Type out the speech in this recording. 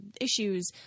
issues